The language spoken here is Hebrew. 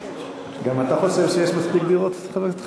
גם אתה חושב שיש מספיק דירות, חבר הכנסת חנין?